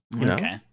Okay